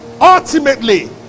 ultimately